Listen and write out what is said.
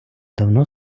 давно